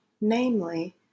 namely